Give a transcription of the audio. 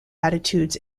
attitudes